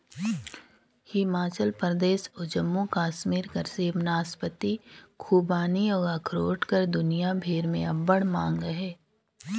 हिमाचल परदेस अउ जम्मू कस्मीर कर सेव, नासपाती, खूबानी अउ अखरोट कर दुनियां भेर में अब्बड़ मांग अहे